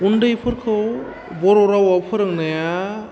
उन्दैफोरखौ बर' रावाव फोरोंनाया